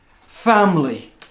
family